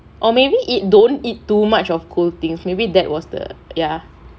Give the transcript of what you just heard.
or maybe eat don't eat too much of cool things maybe that was the ya